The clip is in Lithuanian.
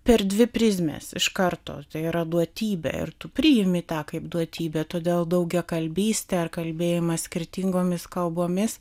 per dvi prizmes iš karto tai yra duotybė ir tu priimi tą kaip duotybę todėl daugiakalbystė ar kalbėjimas skirtingomis kalbomis